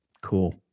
Cool